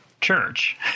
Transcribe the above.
church